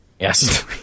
Yes